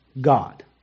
God